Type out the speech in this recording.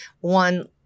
one